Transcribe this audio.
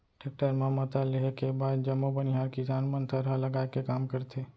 tractor म मता लेहे के बाद जम्मो बनिहार किसान मन थरहा लगाए के काम करथे